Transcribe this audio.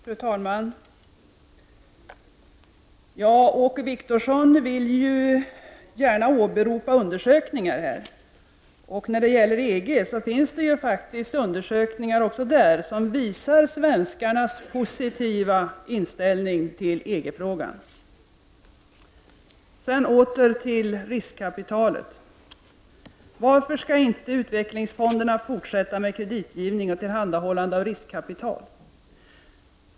Fru talman! Åke Wictorsson vill gärna åberopa undersökningar. När det gäller EG finns det faktiskt undersökningar också där som visar svenskarnas positiva inställning till EG. Sedan till frågan om riskkapitalet. Varför skall inte utvecklingsfonderna fortsätta med kreditgivning och att tillhandahålla riskkapital?